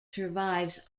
survives